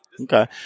Okay